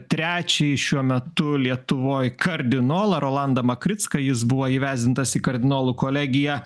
trečiąjį šiuo metu lietuvoj kardinolą rolandą makricką jis buvo įvesdintas į kardinolų kolegiją